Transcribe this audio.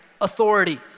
authority